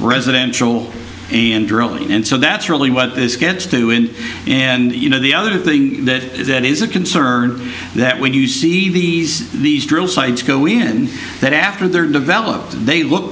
residential and drilling and so that's really what this gets to it and you know the other thing that that is a concern that when you see these these drill sites go in that after they're developed they look